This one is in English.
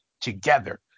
together